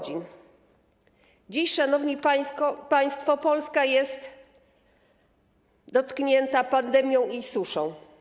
Dziś, szanowni państwo, Polska jest dotknięta pandemią i suszą.